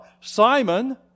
Simon